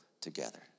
together